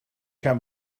can